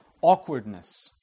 awkwardness